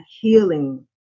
healing